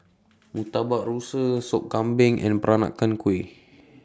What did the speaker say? Murtabak Rusa Sop Kambing and Peranakan Kueh